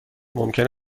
ممکن